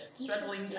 struggling